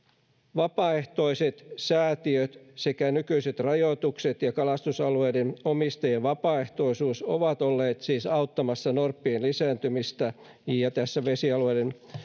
vapaaehtoiset säätiöt sekä nykyiset rajoitukset ja kalastusalueiden omistajien vapaaehtoisuus ovat olleet siis auttamassa norppien lisääntymistä ja tässä vesialueiden